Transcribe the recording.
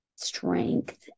strength